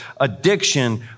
addiction